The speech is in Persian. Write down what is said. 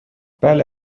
بله